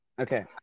Okay